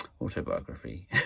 autobiography